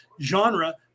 genre